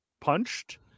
punched